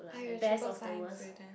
oh you're triple science student